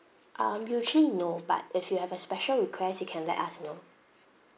um usually no but if you have a special request you can let us know